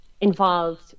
involved